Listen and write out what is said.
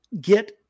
get